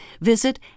visit